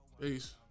Peace